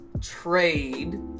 trade